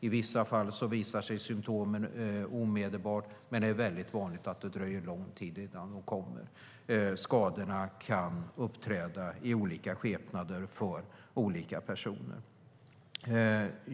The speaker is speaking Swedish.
I vissa fall visar sig symtomen omedelbart, men det är väldigt vanligt att det dröjer lång tid innan de kommer. Skadorna kan uppträda i olika skepnader för olika personer.